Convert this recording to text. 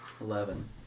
Eleven